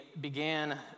began